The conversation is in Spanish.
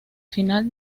final